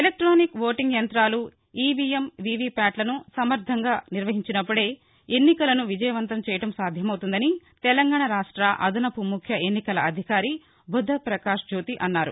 ఎలక్ట్వినిక్ voting యంతాలు EVM వీవీప్యాట్లను సమర్టంగా నిర్వహించినప్పుడే ఎన్నికలను విజయవంతం చేయడం సాధ్యమవుతుందని తెలంగాణ రాష్ట అదనపు ముఖ్య ఎన్నికల అధికారి బుద్దపకాశ్ జ్యోతి అన్నారు